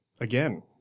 again